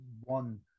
one